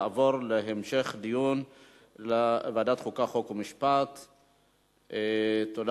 2012, לוועדת החוקה, חוק ומשפט נתקבלה.